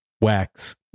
Wax